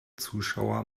zuschauer